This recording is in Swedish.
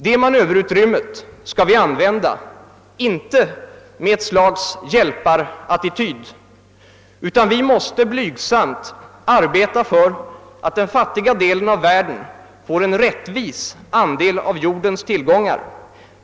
Det manöverutrymmet skall vi använda inte med ett slags hjälparattityd, utan vi måste blygsamt arbeta för att den fattiga delen av världen skall få en rättvis andel av jordens till gångar.